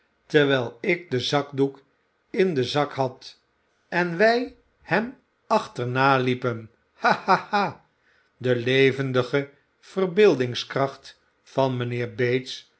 terwijl ik den zakdoek in den zak had en wij hem achterna liepen ha ha ha de levendige verbeeldingskracht van mijnheer bates